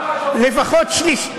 למה אתה עושה את זה?